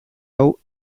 hau